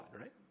right